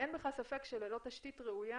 אין בכלל ספק שללא תשתית ראויה